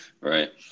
Right